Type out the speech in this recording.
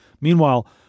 Meanwhile